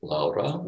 Laura